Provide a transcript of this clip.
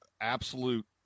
absolute